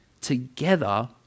together